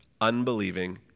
unbelieving